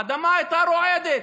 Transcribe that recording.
האדמה הייתה רועדת.